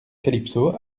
calypso